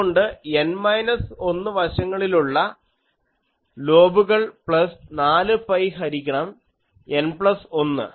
അതുകൊണ്ട് N minus 1 വശങ്ങളിലുള്ള ലോബുകൾ പ്ലസ് 4 പൈ ഹരിക്കണം N പ്ലസ് 1